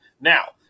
Now